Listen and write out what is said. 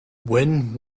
when